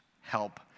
help